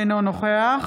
אינו נוכח